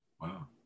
Wow